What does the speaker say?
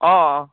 অঁ